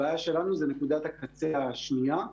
הבעיה שלנו היא נקודת הקצה השנייה.